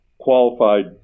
qualified